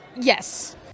Yes